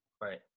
Right